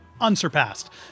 unsurpassed